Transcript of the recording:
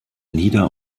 nieder